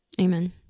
Amen